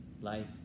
life